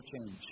change